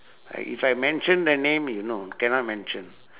I if I mention the name you know cannot mention